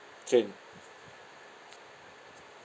train